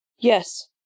Yes